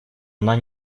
она